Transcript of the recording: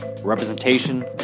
representation